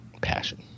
passion